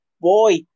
Boy